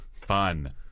Fun